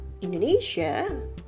Indonesia